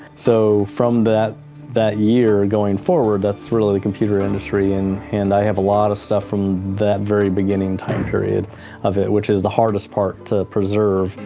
so from that that year going forward, that's really the computer industry, and and i have a lot of stuff from that very beginning time period of it. which is the hardest part to preserve.